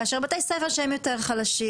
כאשר בתי ספר שהם יותר חלשים,